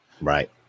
right